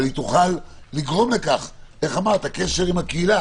אבל הקשר עם הקהילה